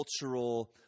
cultural